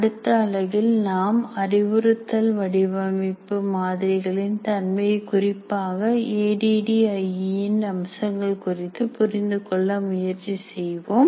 அடுத்த அலகில் நாம் அறிவுறுத்தல் வடிவமைப்பு மாதிரிகளின் தன்மையை குறிப்பாக A D D I E இன் அம்சங்கள் குறித்து புரிந்துகொள்ள முயற்சி செய்வோம்